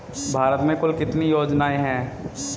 भारत में कुल कितनी योजनाएं हैं?